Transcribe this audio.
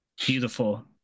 Beautiful